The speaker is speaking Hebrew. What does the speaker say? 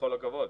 בכל הכבוד.